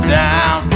down